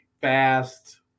fast